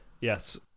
Yes